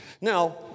Now